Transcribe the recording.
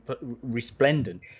resplendent